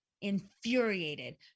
infuriated